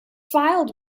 filed